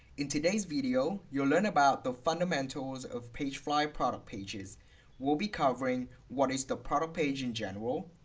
in today's video, you'll learn about the fundamentals of pagefly product pages we'll be covering what is the product page in general?